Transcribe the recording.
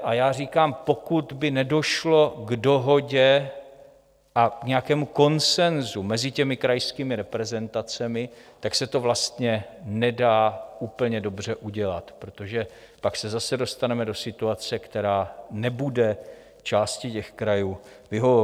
A já říkám, pokud by nedošlo k dohodě a nějakému konsenzu mezi krajskými reprezentacemi, tak se to vlastně nedá úplně dobře udělat, protože pak se zase dostaneme do situace, která nebude části těch krajů vyhovovat.